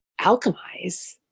alchemize